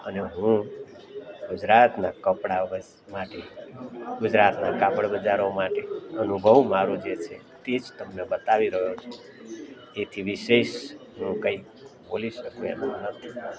અને હું ગુજરાતના કપડા માટે ગુજરાતના કાપડ બજારો માટે અનુભવ મારો જે છે તે જ તમને બતાવી રહ્યો છું એથી વિશેષ હું કંઈ બોલી શકું એમ નથી